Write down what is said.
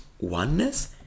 oneness